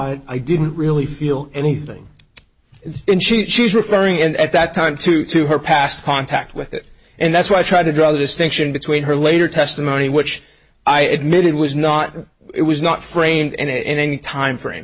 it i didn't really feel anything and she she's referring and at that time too to her past contact with it and that's why i tried to draw the distinction between her later testimony which i admitted was not it was not framed and any time frame